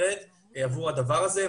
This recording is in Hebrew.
עבור הדבר הזה,